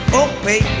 oh, wait.